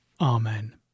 Amen